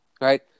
Right